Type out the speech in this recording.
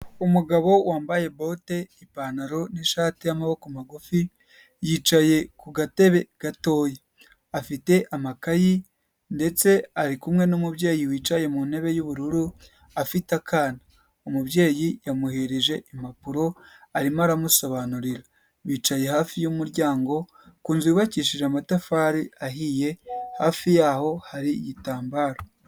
Umugabo wambaye bote, ipantaro n'ishati y'amaboko magufi, yicaye ku gatebe gatoya, afite amakayi ndetse ari kumwe n'umubyeyi wicaye mu ntebe y'ubururu afite akana, umubyeyi yamuhereje impapuro arimo aramusobanurira, bicaye hafi y'umuryango ku nzu yubakishije amatafari ahiye, hafi yaho hari igitambaro.